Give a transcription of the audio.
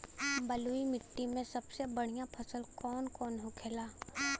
बलुई मिट्टी में सबसे बढ़ियां फसल कौन कौन होखेला?